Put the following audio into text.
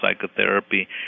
psychotherapy